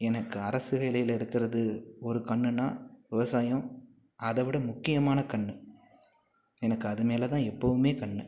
எனக்கு அரசு வேலையில் இருக்கிறது ஒரு கண்ணுனா விவசாயம் அதை விட முக்கியமான கண்ணு எனக்கு அதுமேலே தான் எப்போவுமே கண்ணு